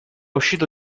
uscito